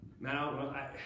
now